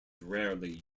rarely